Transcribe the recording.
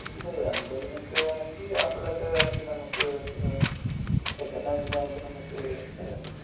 അൻപത് അൻപതിനൊക്കെ വേണമെങ്കിൽ ആപ്പിളൊക്കെ വേണമെങ്കിൽ നമുക്ക് സെക്കൻ്റ് ഹാൻ്റിനായാലും നമുക്ക് എടുത്ത് തരാൻ പറ്റും